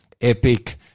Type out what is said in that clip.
epic